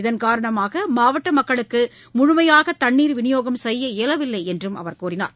இதன் காரணமாக மாவட்ட மக்களுக்கு முழுமையாக தண்ணீர் விநியோகம் செய்ய இயலவில்லை என்றும் அவர் கூறினார்